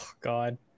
God